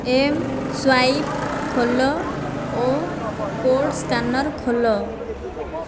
M swipe ଖୋଲ ଓ code scanner ଖୋଲ